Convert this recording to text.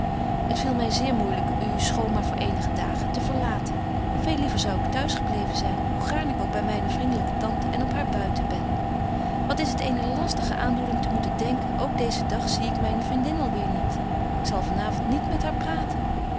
het viel my zeer moeilyk u schoon maar voor eenige dagen te verlaten veel liever zou ik t'huis gebleven zyn hoe gaarn ik ook by myne vriendelyke tante en op haar buiten ben wat is het eene lastige aandoening te moeten denken ook deezen dag zie ik myne vriendin alweer niet ik zal van avond niet met haar praten